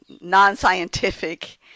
non-scientific